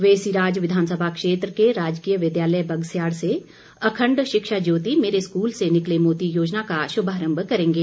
वे सिराज विधानसभा क्षेत्र के राजकीय विद्यालय बगस्याड़ से अखण्ड शिक्षा ज्योति मेरे स्कूल से निकले मोती योजना का शुभारम्भ करेंगे